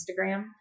instagram